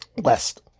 West